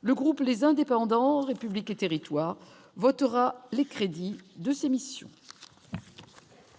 le groupe les indépendants républiques et territoires votera les crédits de ses missions.